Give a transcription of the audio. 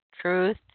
truth